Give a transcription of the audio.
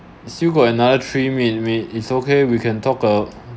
still got another three min~ min~ it's okay we can talk a